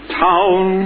town